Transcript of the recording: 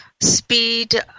speed